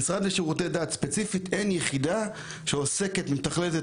אבל במשרד לשירותי דת אין יחידה שמתכללת את